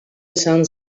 izan